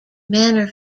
manor